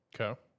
Okay